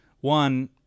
One